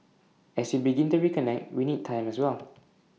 as we begin to reconnect we need time as well